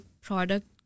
product